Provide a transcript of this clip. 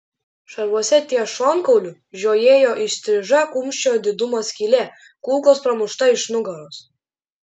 šarvuose ties šonkauliu žiojėjo įstriža kumščio didumo skylė kulkos pramušta iš nugaros